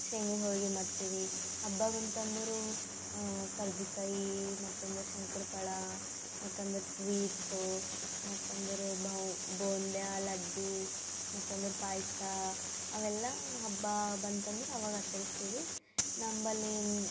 ಶೇಂಗದ ಹೋಳ್ಗೆ ಮಾಡ್ತೀವಿ ಹಬ್ಬ ಬಂತು ಅಂದರು ಕರ್ಜಿಕಾಯಿ ಮತ್ತು ಅಂದ್ರೆ ಶಂಕ್ರ್ಪೋಳೆ ಮತ್ತು ಅಂದ್ರೆ ಸ್ವೀಟ್ಸು ಮತ್ತು ಅಂದರೆ ಬೂಂದ್ಯಾ ಲಡ್ಡು ಮತ್ತು ಅಂದರೆ ಪಾಯಸ ಅವೆಲ್ಲ ಹಬ್ಬ ಬಂತು ಅಂದ್ರೆ ಅವಾಗ ಆಚರಿಸ್ತೀವಿ ನಮ್ಮಲ್ಲಿ